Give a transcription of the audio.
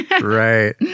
Right